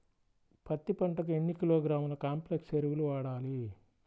పత్తి పంటకు ఎన్ని కిలోగ్రాముల కాంప్లెక్స్ ఎరువులు వాడాలి?